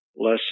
less